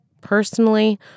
Personally